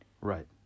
right